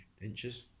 inches